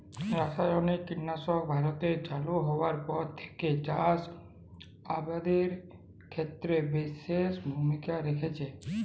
রাসায়নিক কীটনাশক ভারতে চালু হওয়ার পর থেকেই চাষ আবাদের ক্ষেত্রে বিশেষ ভূমিকা রেখেছে